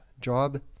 job